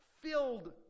filled